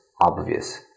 Obvious